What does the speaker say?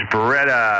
Beretta